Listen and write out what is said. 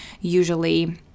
usually